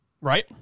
Right